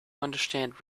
understand